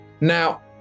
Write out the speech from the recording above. Now